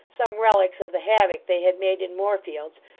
some relics of the havoc they had made in moorfields,